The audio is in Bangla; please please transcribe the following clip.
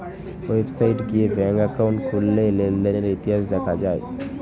ওয়েবসাইট গিয়ে ব্যাঙ্ক একাউন্ট খুললে লেনদেনের ইতিহাস দেখা যায়